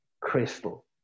crystal